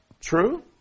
True